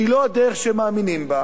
היא לא הדרך שהם מאמינים בה,